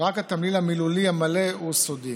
ורק התמליל המילולי המלא הוא סודי.